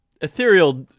ethereal